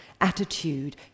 attitude